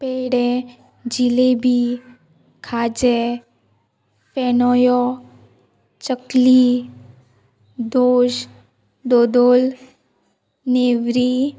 पेडे जिलेबी खाजें फेनोयो चकली दोश दोदोल नेवरी